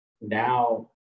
Now